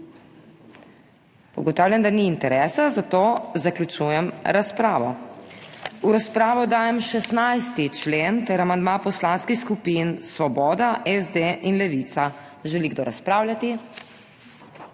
Ugotavljam, da ni interesa, zato zaključujem razpravo. V razpravo dajem 16. člen ter amandma poslanskih skupin Svoboda, SD in Levica. Želi kdo razpravljati?